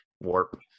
warp